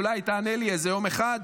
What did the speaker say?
אולי תענה לי איזה יום אחד,